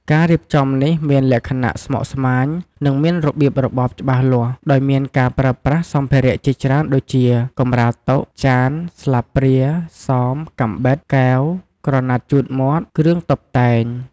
ការរៀបចំនេះមានលក្ខណៈស្មុគស្មាញ និងមានរបៀបរបបច្បាស់លាស់ ដោយមានការប្រើប្រាស់សម្ភារៈជាច្រើនដូចជា កម្រាលតុ ចាន ស្លាបព្រា សម កាំបិត កែវ ក្រណាត់ជូតមាត់ គ្រឿងតុបតែង។